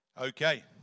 Okay